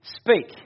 speak